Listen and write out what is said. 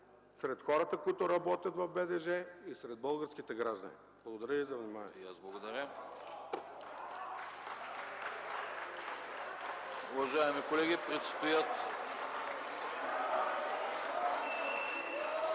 сред хората, които работят в БДЖ, и сред българските граждани. Благодаря. (Ръкопляскания